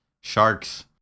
sharks